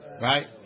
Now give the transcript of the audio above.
Right